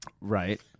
Right